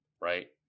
right